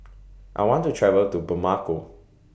I want to travel to Bamako